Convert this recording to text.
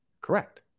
Correct